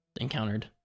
encountered